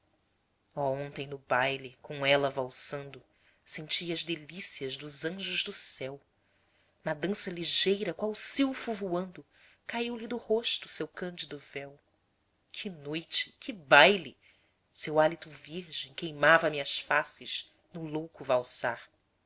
ontem no baile com ela valsando senti as delícias dos anjos do céu na dança ligeira qual silfo voando caiu-lhe do rosto seu cândido véu que noite e que baile seu hálito virgem queimava me as faces no louco valsar